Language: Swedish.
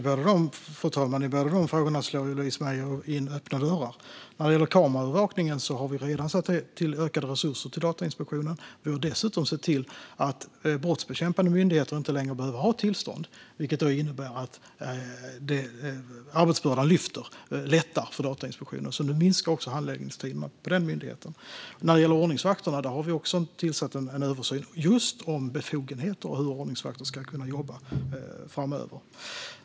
Fru talman! I båda de frågorna slår Louise Meijer in öppna dörrar. När det gäller kameraövervakningen har vi redan satt till ökade resurser till Datainspektionen. Vi har dessutom sett till att brottsbekämpande myndigheter inte längre behöver ha tillstånd, vilket innebär att arbetsbördan lättar för Datainspektionen. Nu minskar alltså handläggningstiderna på den myndigheten. När det gäller ordningsvakterna har vi också tillsatt en översyn just om befogenheter och hur ordningsvakter ska kunna jobba framöver.